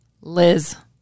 Liz